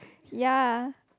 ya